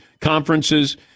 conferences